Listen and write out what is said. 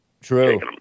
true